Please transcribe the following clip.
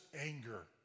anger